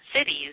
cities